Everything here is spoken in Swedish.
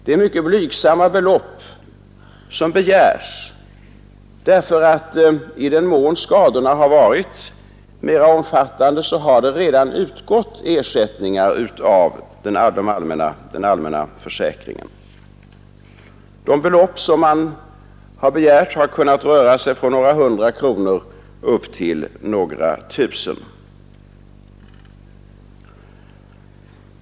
Det är mycket blygsamma belopp som begärs — i den mån skadorna varit mera omfattande har det nämligen redan utgått ersättningar från den allmänna försäkringen. De belopp som man begärt har kunnat röra sig mellan några hundra kronor och några tusen kronor.